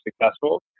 successful